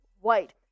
White